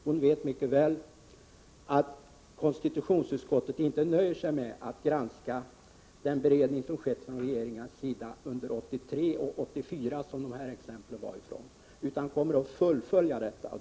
Hon vet mycket väl att konstitutionsutskottet inte nöjer sig med att granska den beredning som skett från regeringens sida under 1983 och 1984, som de aktuella exemplen kommer ifrån, utan kommer att fullfölja detta arbete.